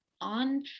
on